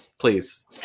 Please